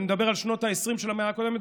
אני מדבר על שנות העשרים של המאה הקודמת,